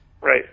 Right